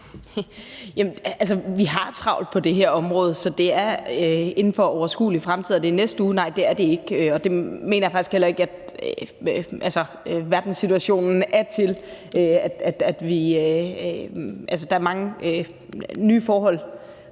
vi har travlt på det her område, så det er inden for overskuelig fremtid. Er det i næste uge? Nej, det er det ikke, og det mener jeg faktisk heller ikke at situationen er til. Altså, der er mange nye forhold,